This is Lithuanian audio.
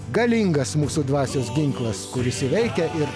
galingas mūsų dvasios ginklas kuris įveikia ir